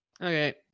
okay